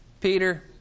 Peter